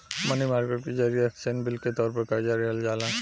मनी market के जरिए exchange bill के तौर पर कर्जा लिहल जाला